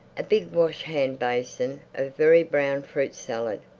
a big washhand basin of very brown fruit-salad,